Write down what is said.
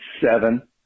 seven